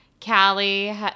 Callie